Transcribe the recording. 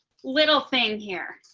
little thing here.